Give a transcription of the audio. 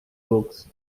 books